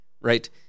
right